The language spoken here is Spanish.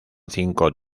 cinco